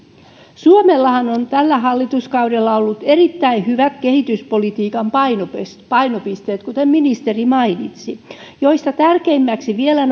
suomellahan on tällä hallituskaudella ollut erittäin hyvät kehityspolitiikan painopisteet painopisteet kuten ministeri mainitsi joista tärkeimmäksi vielä